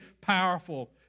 powerful